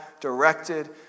directed